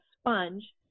sponge